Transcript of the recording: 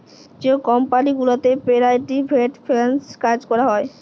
যে কমপালি গুলাতে পেরাইভেট ফিল্যাল্স কাজ ক্যরা হছে